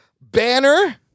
Banner